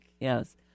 yes